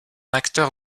acteur